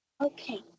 okay